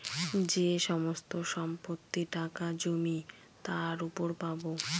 যে সমস্ত সম্পত্তি, টাকা, জমি তার উপর পাবো